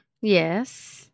Yes